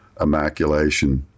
immaculation